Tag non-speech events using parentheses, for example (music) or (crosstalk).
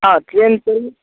हँ (unintelligible)